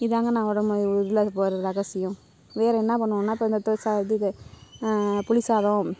இதுதாங்க நான் அதில் போடுகிற ரகசியம் வேறு என்ன பண்ணுவேனால் இப்போ புளி சாதம்